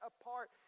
apart